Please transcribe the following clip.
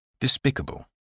Despicable